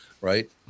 Right